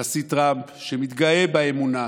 הנשיא טראמפ, שמתגאה באמונה,